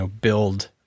build